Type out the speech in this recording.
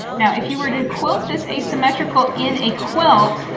now if you were to quilt this asymmetrical in a quilt